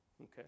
okay